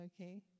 okay